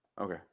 Okay